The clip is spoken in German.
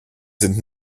sind